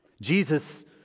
Jesus